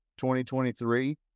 2023